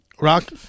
Rock